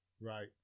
Right